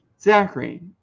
zachary